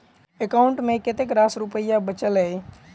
account मे कतेक रास रुपया बचल एई